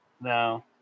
no